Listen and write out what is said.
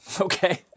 Okay